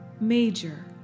Major